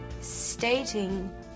stating